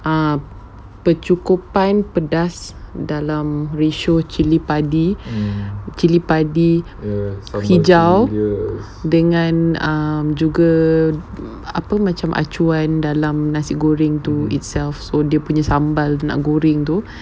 err kecukupan pedas dalam ratio cili padi cili padi hijau dengan um juga apa macam acuan dalam nasi goreng tu itself dia punya sambal tu nak goreng tu